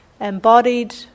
embodied